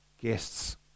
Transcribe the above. guests